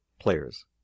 players